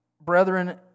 Brethren